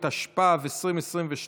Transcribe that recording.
התשפ"ב 2022,